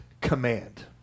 command